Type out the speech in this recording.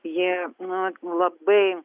ji nu labai